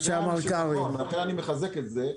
אני מחזק את זה.